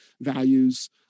values